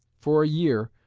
for a year,